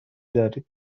دارید